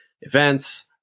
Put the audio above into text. events